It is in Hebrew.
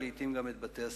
ולעתים גם את בתי-הספר.